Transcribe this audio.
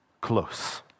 close